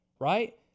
right